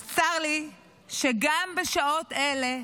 אז צר לי שגם בשעות אלה,